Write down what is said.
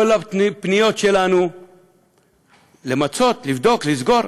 כל הפניות שלנו למצות, לבדוק, לסגור,